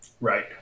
Right